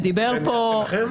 זה שלכם?